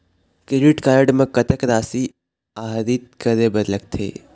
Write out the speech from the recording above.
Credit card म कतक राशि आहरित करे बर लगथे?